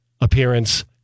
appearance